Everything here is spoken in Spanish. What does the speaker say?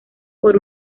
por